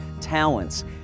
talents